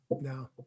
No